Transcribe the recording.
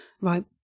right